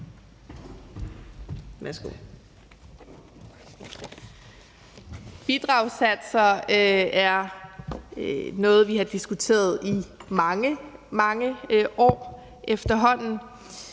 Bidragssatser er noget, vi har diskuteret i mange, mange år efterhånden.